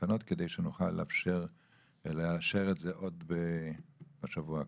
אני מחכה לתקנות כדי שנוכל לאשר את זה עוד השבוע הקרוב.